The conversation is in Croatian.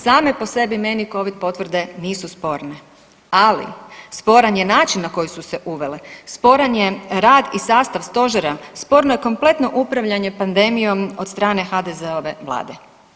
Same po sebi meni covid potvrde nisu sporne, ali sporan je način na koji su se uvele, sporan je rad i sastav stožera, sporno je kompletno upravljanje pandemijom od strane HDZ-ove vlade.